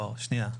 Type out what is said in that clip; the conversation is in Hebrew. לא, שנייה.